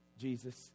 Jesus